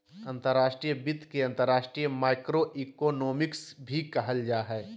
अंतर्राष्ट्रीय वित्त के अंतर्राष्ट्रीय माइक्रोइकोनॉमिक्स भी कहल जा हय